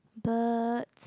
but